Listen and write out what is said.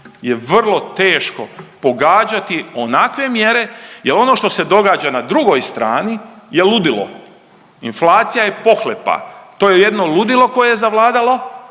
je vrlo teško pogađati onakve mjere, jer ono što se događa na drugoj strani je ludilo. Inflacija je pohlepa, to je jedno ludilo koje je zavladalo.